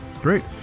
Great